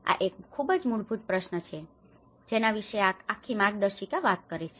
આ એક ખૂબ જ મૂળભૂત પ્રશ્ન છે જેના વિશે આ આખી માર્ગદર્શિકા વાત કરે છે